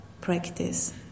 practice